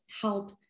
help